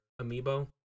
Amiibo